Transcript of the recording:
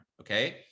okay